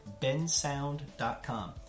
bensound.com